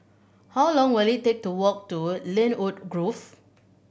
how long will it take to walk to Lynwood Grove